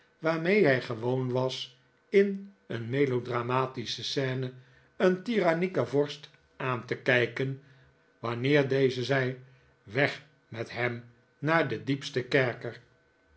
waarmee hij gewoon was in een melo dramatische scene een tyrannieken vorst aan te kijken wanneer deze zei weg met hem naar den diepsten kerker